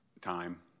time